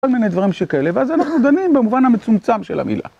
כל מיני דברים שכאלה, ואז אנחנו דנים במובן המצומצם של המילה.